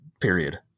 period